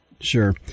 Sure